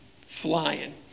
flying